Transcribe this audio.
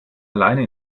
alleine